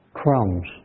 crumbs